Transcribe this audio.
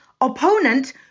opponent